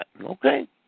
okay